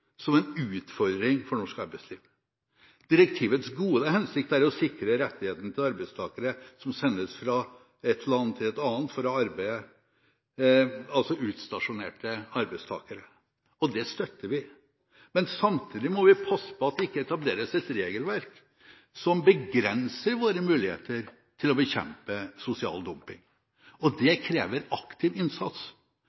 som en utfordring for norsk arbeidsliv. Direktivets gode hensikt er å sikre rettighetene til arbeidstakere som sendes fra et land til et annet for å arbeide, altså utstasjonerte arbeidstakere. Det støtter vi. Men samtidig må vi passe på at det ikke etableres et regelverk som begrenser våre muligheter til å bekjempe sosial dumping. Det